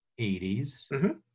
80s